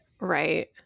Right